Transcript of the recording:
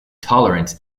tolerance